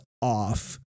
off